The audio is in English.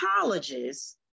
colleges